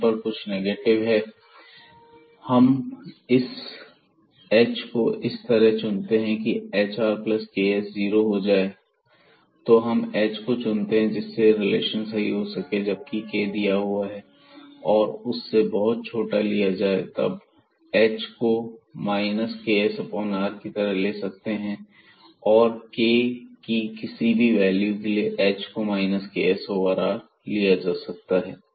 यहां पर कुछ निगेटिव है हम हम इस h को इस तरह चुनते हैं की hrks जीरो हो जाए तो हम h चुनते हैं जिससे यह रिलेशन सही हो जबकि k दिया हुआ है और उसे बहुत छोटा लिया जाए तब हम h को ksr की तरह ले सकते हैं और k कि किसी भी वैल्यू के लिए h को ksr लिया जा सकता है